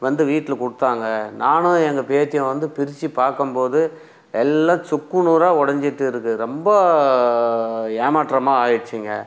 வந்து வீட்டில் கொடுத்தாங்க நானும் எங்கள் பேத்தியும் வந்து பிரித்து பார்க்கும் போது எல்லாம் சுக்குநூறாக உடைஞ்சுட்டு இருக்குது ரொம்ப ஏமாற்றமாக ஆகிடுச்சிங்க